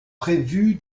prévu